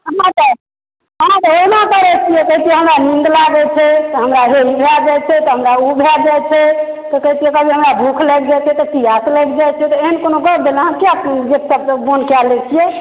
अहाँ तऽ अहाँ तऽ अहिना करै छियै हमरा नींद लागल छै तऽ हमरा हे ई भए जाइ छै तऽ हमरा ओ भए जाइ छै तऽ कहै छियै कभी जे हमरा भूख लागि गेलै पियास लागि जाइ छै तऽ एहन कोनो गप भेलै अहाँ किया गेट सबके बन्द कए लै छियै